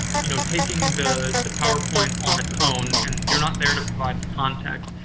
you know, taking the the powerpoint on its own and you're not there to provide the context,